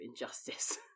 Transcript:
injustice